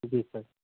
जी sir